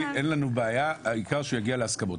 אין לנו בעיה, העיקר שיגיעו להסכמות.